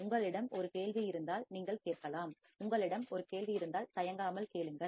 உங்களிடம் ஒரு கேள்வி இருந்தால் நீங்கள் கேட்கலாம் உங்களிடம் ஒரு கேள்வி இருந்தால் தயங்காமல் கேளுங்கள்